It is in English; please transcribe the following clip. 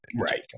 right